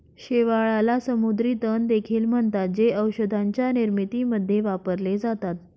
शेवाळाला समुद्री तण देखील म्हणतात, जे औषधांच्या निर्मितीमध्ये वापरले जातात